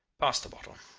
pass the bottle.